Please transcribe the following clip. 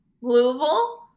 louisville